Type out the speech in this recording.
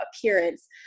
appearance